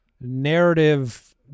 narrative